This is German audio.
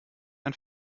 ein